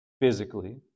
physically